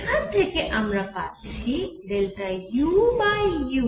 এখান থেকে আমরা পাচ্ছি uu 4rr